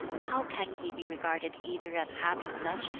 how can he be regarded either as having such,